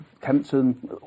Kempton